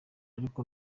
ariko